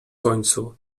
końcu